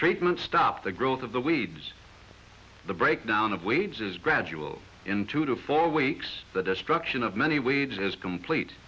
treatment stop the growth of the weeds the break down of wages gradual in two to four weeks the destruction of many waves is complete